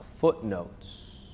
footnotes